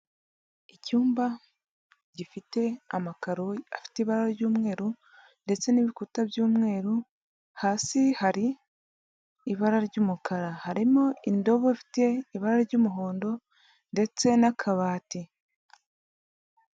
Icyumba gifite amakaro afite ibara ry'umweru ndetse n'ibikuta by'umweru, hasi hari ibara ry'umukara, harimo indobo ifite ibara ry'umuhondo ndetse n'akabati.